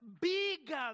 bigger